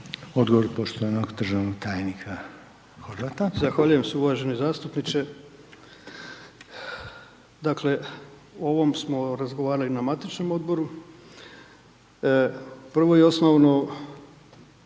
Odgovor poštovanog državnog tajnika Horvata. **Horvat, Mile (SDSS)** Zahvaljujem se uvaženi zastupniče. Dakle, o ovom smo razgovarali na matičnom Odboru. Prvo i osnovno